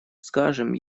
скажем